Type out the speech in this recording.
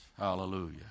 Hallelujah